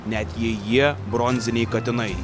net jei jie bronziniai katinai